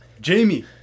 jamie